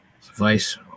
vice